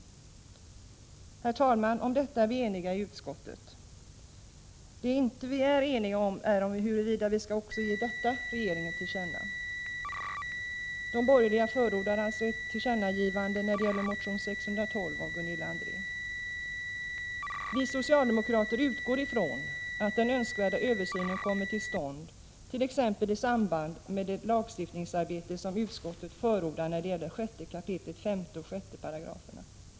Herr talman! Om detta är vi eniga i utskottet. Det vi inte är eniga om är huruvida vi skall ge också detta regeringen till känna. De borgerliga förordar alltså ett tillkännagivande när det gäller motion Ju612 av Gunilla André. Vi socialdemokrater utgår ifrån att den önskvärda översynen kommer till stånd t.ex. i samband med det lagstiftningsarbete som utskottet förordar när det gäller 6 kap. 5 och 6 §§.